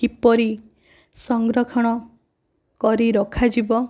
କିପରି ସଂରକ୍ଷଣ କରି ରଖାଯିବ